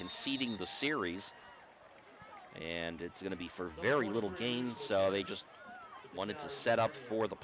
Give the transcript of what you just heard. conceding the series and it's going to be for very little gain so they just wanted to set up for the